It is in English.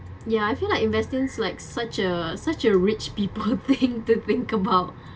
ya I feel like investing is like such a such a rich people thing to think about